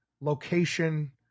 location